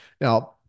Now